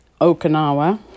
Okinawa